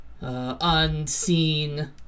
unseen